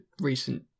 recent